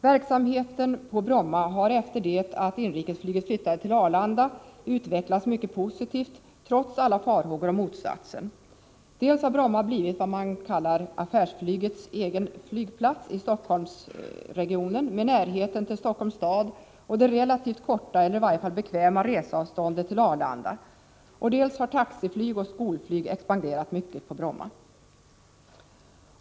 Verksamheten på Bromma har efter det att Linjeflyg flyttade till Arlanda utvecklats mycket positivt, trots alla farhågor om motsatsen. Dels har Bromma blivit vad man kallar affärsflygets egen flygplats i Stockholmsregionen med närheten till Stockholms stad och det relativt korta eller i varje fall bekväma reseavståndet till Arlanda, dels har taxiflyg och skolflyg expanderat mycket på Bromma.